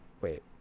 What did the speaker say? wait